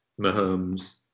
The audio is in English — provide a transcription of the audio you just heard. Mahomes